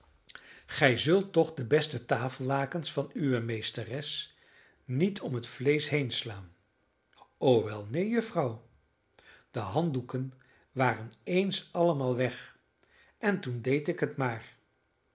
gij zult toch de beste tafellakens van uwe meesteres niet om het vleesch heenslaan o wel neen juffrouw de handdoeken waren eens allemaal weg en toen deed ik het maar